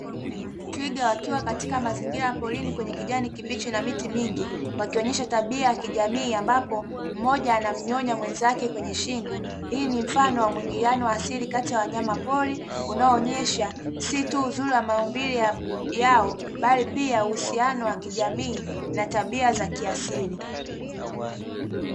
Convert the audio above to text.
Twiga wakiwa katika mazingira ya porini kwenye kijani kibichi na miti mingi, wakionesha tabia ya kijamii ambapo mmoja anamnyonya mwenzake kwenye shingo. Hii ni mfano wa muingiliano wa asili kati ya wanyama pori unaoonyesha si tuu uzuri wa maumbile yao, bali pia uhusiano wa kijamii na tabia za kiasili.